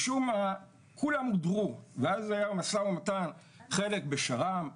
משום מה כולם הודרו ואז היה משא ומתן, חלק בשר"מ,